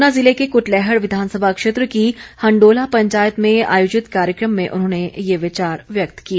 ऊना ज़िले के कुटलैहड़ विधानसभा क्षेत्र की हंडोला पंचायत में आयोजित कार्यक्रम में उन्होंने ये विचार व्यक्त किए